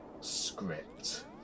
script